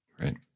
Right